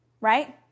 right